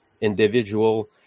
individual